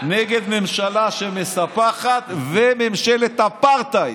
נגד ממשלה שמספחת וממשלת אפרטהייד.